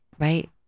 right